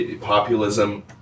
populism